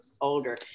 older